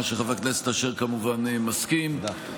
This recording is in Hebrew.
מה שחבר הכנסת אשר כמובן מסכים לו.